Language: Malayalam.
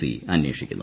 സി അന്വേഷിക്കുന്നത്